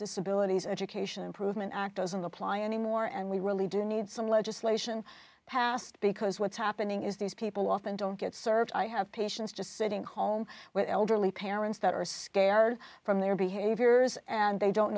disabilities education improvement act doesn't apply anymore and we really do need some legislation passed because what's happening is these people often don't get served i have patients just sitting home with elderly parents that are scared from their behaviors and they don't